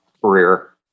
career